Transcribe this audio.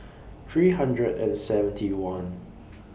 three hundred and seventy one